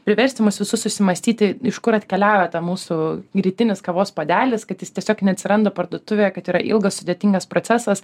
priversti mus visus susimąstyti iš kur atkeliauja ta mūsų rytinis kavos puodelis kad jis tiesiog neatsiranda parduotuvėje kad yra ilgas sudėtingas procesas